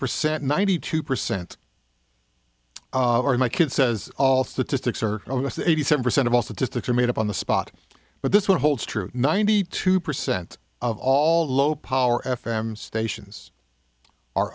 percent ninety two percent my kid says all statistics are almost eighty seven percent of all statistics are made up on the spot but this one holds true ninety two percent of all low power f m stations are